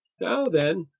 now then,